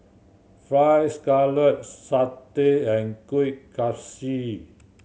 Fried Scallop satay and Kuih Kaswi